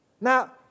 Now